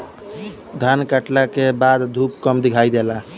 धान काटला के बाद धूप कम दिखाई देला